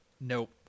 Nope